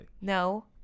No